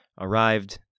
arrived